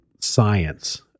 science